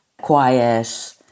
quiet